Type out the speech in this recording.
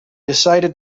decided